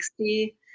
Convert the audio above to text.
60